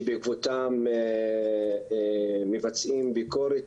שבעקבותיהן מבצעים ביקורת